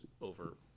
over